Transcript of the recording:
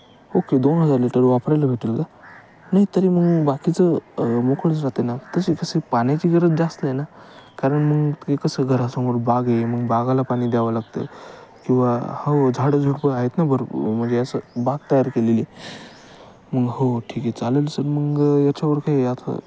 okay दोन हजार litre वापरायला भेटेल का नाही तरी मग बाकीचं मोकळंच राहते ना तशी कसं पाण्याची गरज जास्त आहे ना कारण मग ते कसं घरासमोर बाग आहे मग बागेला पाणी द्यावं लागतं किंवा हो झाडं झुडपं आहेत ना भरप म्हणजे या असं बाग तयार केलेली मग हो ठीक आहे चालेल सर मग याच्यावर काही आता